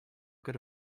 good